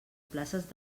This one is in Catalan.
places